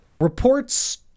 reports